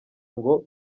ngo